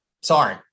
Sorry